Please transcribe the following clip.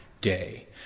day